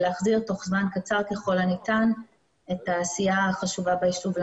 כדי להחזיר תוך זמן קצר ככל הניתן את העשייה החשובה בישוב.